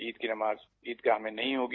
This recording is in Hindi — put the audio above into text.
ईद की नमाज ईदगाह में नहीं होगी